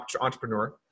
entrepreneur